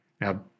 now